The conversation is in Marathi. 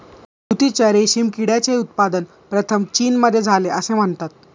तुतीच्या रेशीम किड्याचे उत्पादन प्रथम चीनमध्ये झाले असे म्हणतात